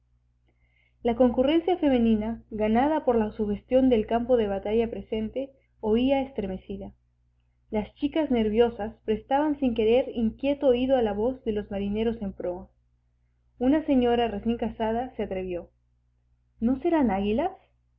la concurrencia femenina ganada por la sugestión del campo de batalla presente oía estremecida las chicas nerviosas prestaban sin querer inquieto oído a la voz de los marineros en proa una señora recién casada se atrevió no serán águilas